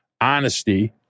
honesty